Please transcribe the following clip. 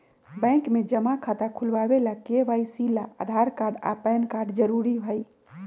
bank में जमा खाता खुलावे ला के.वाइ.सी ला आधार कार्ड आ पैन कार्ड जरूरी हई